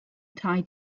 tai